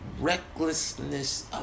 recklessness